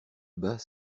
bas